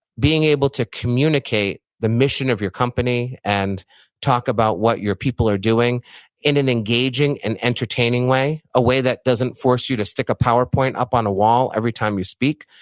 being able to communicate the mission of your company and talk about what your people are doing in an engaging and entertaining way, a way that doesn't force you to stick a powerpoint up on a wall every time you speak,